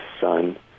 Son